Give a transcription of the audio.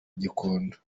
gikondo